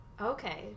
Okay